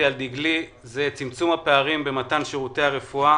על דגלי זה צמצום הפערים במתן שירותי הרפואה